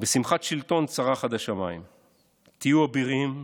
בשמחת שלטון צרח עד השמיים:/ תהיו אבירים,